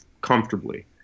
comfortably